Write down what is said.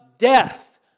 Death